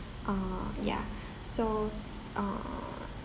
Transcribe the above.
uh ya so s~ uh